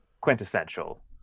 quintessential